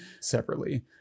separately